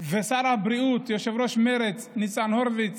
ושר הבריאות יושב-ראש מרצ ניצן הורביץ